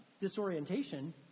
disorientation